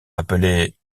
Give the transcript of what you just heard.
appelée